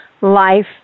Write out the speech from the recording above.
life